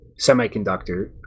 Semiconductor